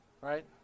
Right